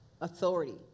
authority